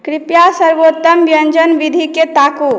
कृपया सर्वोत्तम व्यञ्जन विधिकेँ ताकू